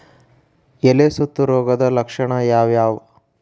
ಎಲೆ ಸುತ್ತು ರೋಗದ ಲಕ್ಷಣ ಯಾವ್ಯಾವ್?